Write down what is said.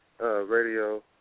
Radio